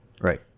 right